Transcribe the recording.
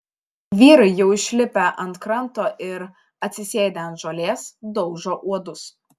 vyrai jau išlipę ant kranto ir atsisėdę ant žolės daužo uodus